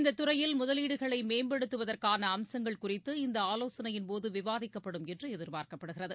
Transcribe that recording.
இந்த துறையில் முதலீடுகளை மேம்படுத்துவதற்கான அம்சங்கள் குறித்து இந்த ஆலோசனையின் போது விவாதிக்கப்படும் என்று எதிர்பார்க்கப்படுகிறது